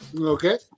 Okay